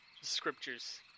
scriptures